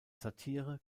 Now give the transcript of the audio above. satire